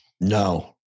No